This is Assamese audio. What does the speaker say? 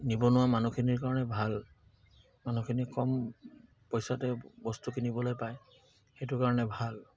নিবনুৱা মানুহখিনিৰ কাৰণে ভাল মানুহখিনি কম পইচাতে বস্তু কিনিবলে পায় সেইটো কাৰণে ভাল